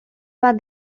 bat